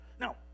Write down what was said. Now